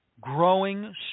Growing